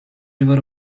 river